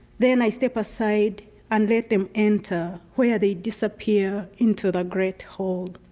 then i step aside and let them enter where they disappear into the great hall.